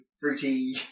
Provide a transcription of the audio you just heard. fruity